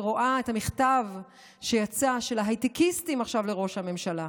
ורואה את המכתב שיצא עכשיו של הייטקיסטים לראש הממשלה.